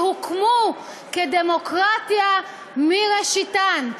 שהוקמו כדמוקרטיה מראשיתן.